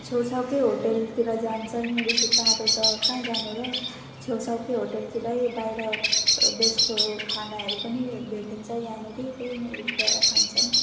छेउछाउकै होटलतिर जान्छन् बेसी टाढो त कहाँ जानु र छेउछाउकै होटलतिरै बाहिर देशको खानाहरू पनि भेटिन्छ यहाँनिर त्यहीँनिर गएर खान्छन्